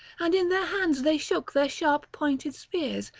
and in their hands they shook their sharp pointed spears,